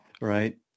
right